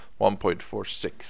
1.46